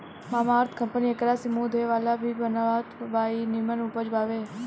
Mamaearth company एकरा से मुंह धोए वाला भी बनावत बा इ निमन उपज बावे